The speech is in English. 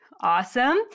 Awesome